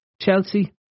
Chelsea